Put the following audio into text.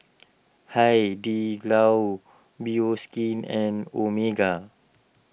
Hai Di Lao Bioskin and Omega